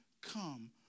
come